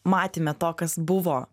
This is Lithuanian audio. matėme to kas buvo